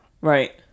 Right